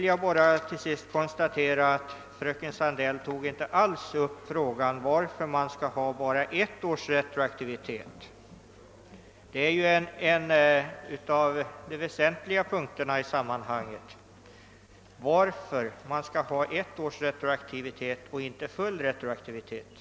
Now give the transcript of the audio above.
Jag vill till sist konstatera att fröken Sandell inte alls tog upp frågan varför man inte skall ha full retroaktivitet utan vill inskränka den till ett år. Det är ju en av de väsentliga punkterna i detta sammanhang.